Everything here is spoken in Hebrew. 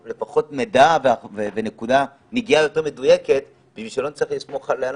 לפחות שלשב"כ תהיה נגיעה יותר מדויקת כדי שלא נצטרך לסמוך על אנשים.